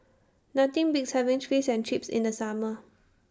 Nothing Beats having Fish and Chips in The Summer